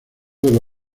una